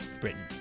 Britain